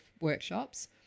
workshops